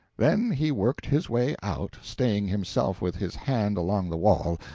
then he worked his way out, staying himself with his hand along the wall,